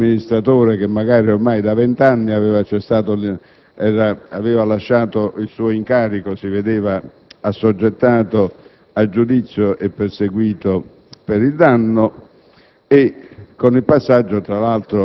casi nei quali un amministratore, che magari ormai da 20 anni aveva lasciato il suo incarico, si vedeva assoggettato a giudizio e perseguito per il danno,